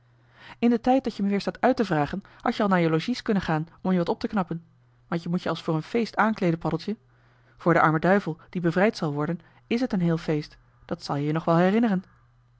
in den tijd dat je me weer staat uit te vragen had-je al naar je logies kunnen gaan om je wat op te knappen want je moet je als voor een feest aankleeden paddeltje voor den armen duivel die bevrijd zal worden is het een heel feest dat zal je je nog wel herinneren